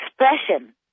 expression